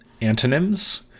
Antonyms